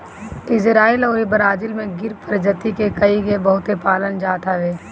Israel अउरी Brazil में गिर प्रजति के गाई के बहुते पालल जात हवे